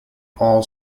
all